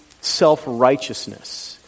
self-righteousness